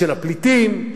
של הפליטים,